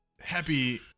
happy